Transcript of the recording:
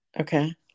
Okay